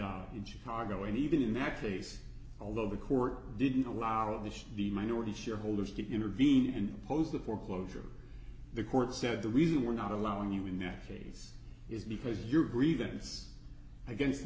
in chicago and even in that case although the court didn't a lot of this the minority shareholders to intervene and oppose the foreclosure the court said the reason we're not allowing you in nashville case is because your grievance against the